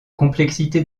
complexité